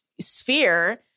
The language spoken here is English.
sphere